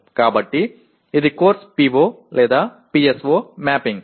எனவே இது நிச்சயமாக PO PSO கோப்பிடுதல் ஆகும்